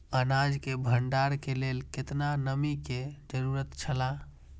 अनाज के भण्डार के लेल केतना नमि के जरूरत छला?